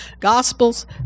gospels